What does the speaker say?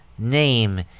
name